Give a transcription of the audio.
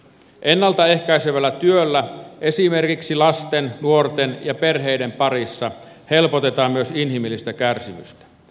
ennalta ehkäisevällä työllä esimerkiksi lasten nuorten ja perheiden parissa helpotetaan myös inhimillistä kärsimystä